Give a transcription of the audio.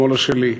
שמאלה שלי.